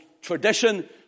tradition